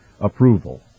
approval